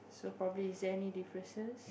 so probably is there any differences